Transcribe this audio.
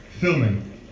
filming